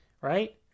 Right